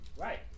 Right